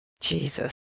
Jesus